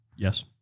Yes